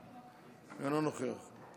אינו נוכח,